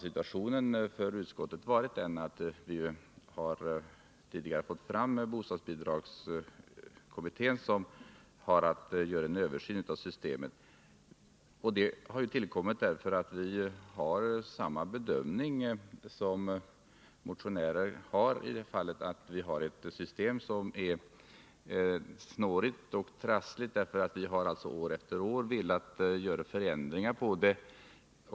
Genom utskottets agerande har tidigare den s.k. bostadsbidragskommittén, som har i uppgift att göra en översyn av bostadsbidragssystemet, tillsatts. Att kommittén tillkommit beror på att vi har gjort samma bedömning som motionärerna, nämligen att det nuvarande systemet är snårigt och trassligt. Bakgrunden härtill är att vi år efter år velat göra förändringar i det.